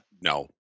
No